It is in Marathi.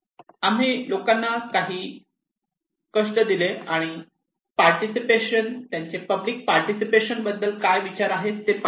आम्ही लोकांना काही कष्ट दिले आणि त्यांचे पब्लिक पार्टिसिपेशन बद्दल काय विचार आहेत ते पाहिले